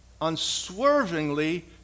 unswervingly